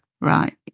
Right